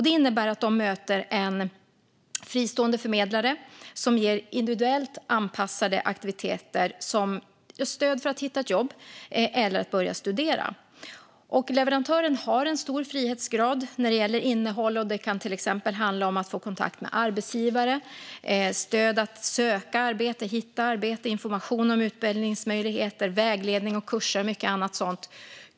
Det innebär att de möter en fristående förmedlare som ger individuellt anpassade aktiviteter som stöd för att hitta ett jobb eller att börja studera. Leverantören har en stor frihetsgrad när det gäller innehåll. Det kan till exempel handla om att få kontakt med arbetsgivare, stöd att söka arbete, hitta arbete, och få information om utbildningsmöjligheter, vägledning, kurser och mycket annat sådant.